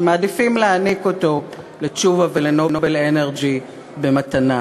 אתם מעדיפים להעניק אותו לתשובה ול"נובל אנרג'י" במתנה.